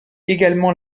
également